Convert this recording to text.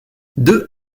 deux